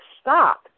stop